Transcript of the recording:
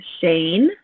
Shane